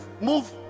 move